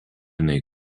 nei